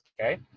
okay